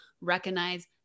recognize